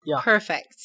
Perfect